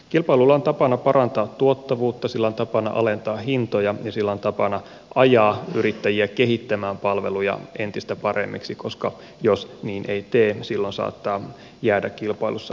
kilpailulla on tapana parantaa tuottavuutta sillä on tapana alentaa hintoja ja sillä on tapana ajaa yrittäjiä kehittämään palvelujaan entistä paremmiksi koska jos niin ei tee silloin saattaa jäädä kilpailussa alakynteen